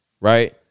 Right